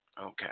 Okay